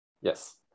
yes